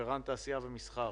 רפרנט תעשייה ומסחר,